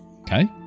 okay